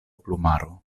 plumaro